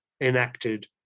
enacted